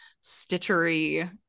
stitchery